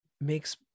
makes